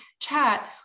chat